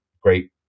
great